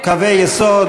קווי יסוד,